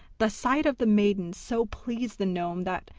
the sight of the maiden so pleased the gnome that,